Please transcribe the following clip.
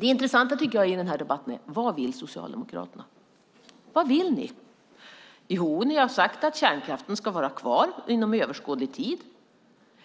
det intressanta i den här debatten är vad Socialdemokraterna vill. Vad vill ni? Ni har sagt att kärnkraften ska vara kvar inom överskådlig tid.